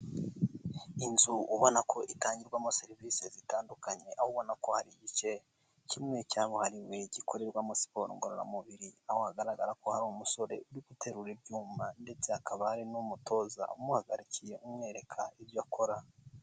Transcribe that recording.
Inzu ubona ko itangirwamo serivisi zitandukanye aho ubona ko hari igice kimwe cyabuhariweye gikorerwamo siporo ngororamubiri aho hagaragara ko hari umusore uri guterura ibyuma ndetse akaba ari n'umutoza umuhagarikiye umwereka ibyo akora.